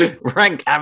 Rank